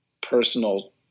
personal